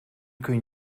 kun